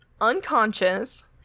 unconscious